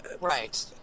right